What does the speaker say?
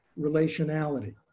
relationality